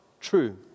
true